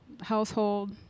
household